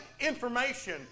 information